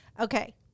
Okay